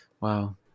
Wow